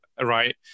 right